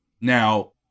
Now